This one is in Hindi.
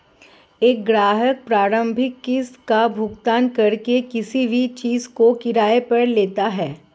एक ग्राहक प्रारंभिक किस्त का भुगतान करके किसी भी चीज़ को किराये पर लेता है